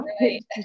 Right